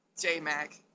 J-Mac